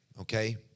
okay